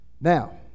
Now